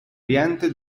oriente